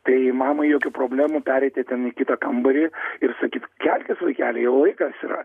tai mamai jokių problemų pereiti ten į kitą kambarį ir sakyti kelkis vaikeli jau laikas yra